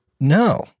No